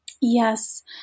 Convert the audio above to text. Yes